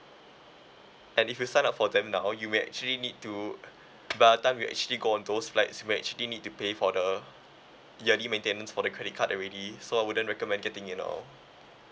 and if you sign up for them now you may actually need to by the time you actually go on those flights you may actually need to pay for the yearly maintenance for the credit card already so I wouldn't recommend getting it now